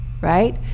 right